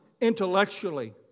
intellectually